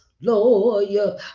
lawyer